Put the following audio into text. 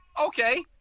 Okay